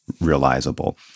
realizable